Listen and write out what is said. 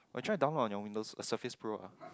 I try download on your Windows surface pro ah